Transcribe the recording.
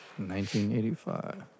1985